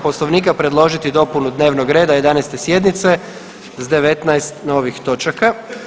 Poslovnika predložiti dopunu dnevnog reda 11. sjednice sa 19 novih točaka.